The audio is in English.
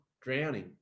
drowning